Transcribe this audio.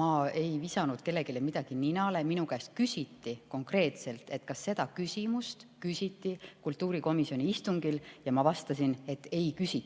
ma ei visanud kellelegi midagi ninale. Minu käest küsiti konkreetselt, kas seda küsimust küsiti kultuurikomisjoni istungil, ja ma vastasin, et ei